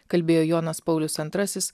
kalbėjo jonas paulius antrasis